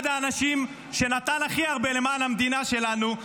אחד האנשים שנתנו הכי הרבה למען המדינה שלנו,